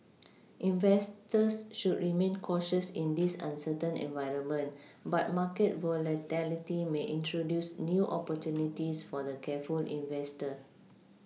investors should remain cautious in this uncertain environment but market volatility may introduce new opportunities for the careful investor